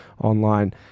online